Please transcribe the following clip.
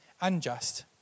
unjust